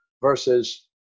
versus